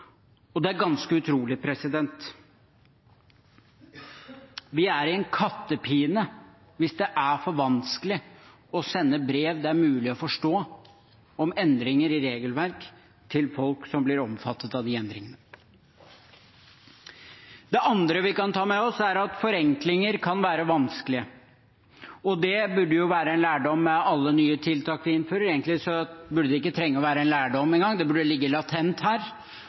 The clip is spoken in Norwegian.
Og det er ganske utrolig. Vi er i en kattepine hvis det er for vanskelig å sende brev det er mulig å forstå, om endringer i regelverk til folk som blir omfattet av endringene. Det andre vi kan ta med oss, er at forenklinger kan være vanskelige. Det burde være en lærdom med alle nye tiltak vi innfører – egentlig burde det ikke være en lærdom engang, det burde ligge latent her